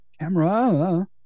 Camera